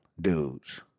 dudes